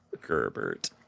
Gerbert